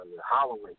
Holloway